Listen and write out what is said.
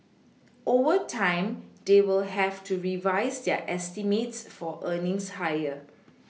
over time they will have to revise their estimates for earnings higher